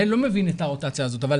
ילד לא מבין את הרוטציה הזאת, אבל